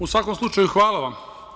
U svakom slučaju, hvala vam.